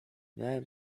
miałem